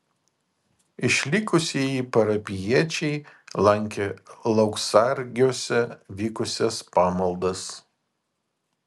išlikusieji parapijiečiai lankė lauksargiuose vykusias pamaldas